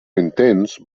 intents